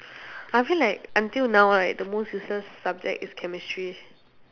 I feel like until now right the most useless subject is chemistry